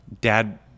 dad